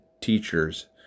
teachers